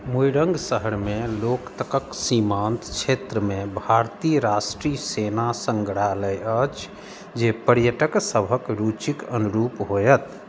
मोरंग शहरमे लोक तकक सीमान्त क्षेत्रमे भारतीय राष्ट्रीय सेना संग्रहालय अछि जे पर्यटक सभक रुचिक अनुरूप होयत